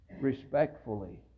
respectfully